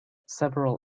several